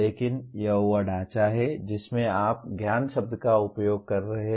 लेकिन यह वह ढांचा है जिसमें आप ज्ञान शब्द का उपयोग कर रहे हैं